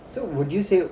so would you say